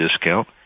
discount